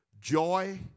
joy